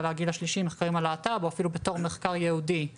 הגיל השלישי או מחקרים על להט"ב או אפילו מחקר ייעודי על